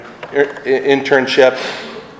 internship